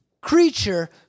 creature